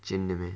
真的 meh